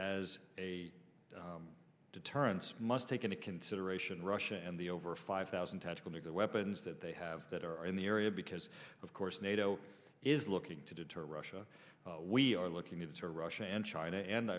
a deterrence must take into consideration russia and the over five thousand tactical nuclear weapons that they have that are in the area because of course nato is looking to deter russia we are looking to russia and china and